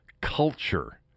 culture